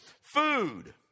food